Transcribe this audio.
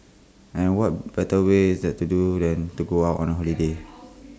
and what better way is there to do than to go out on A holiday